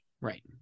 right